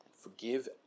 Forgive